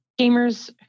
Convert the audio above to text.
gamers